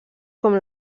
com